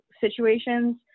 situations